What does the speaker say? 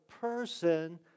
person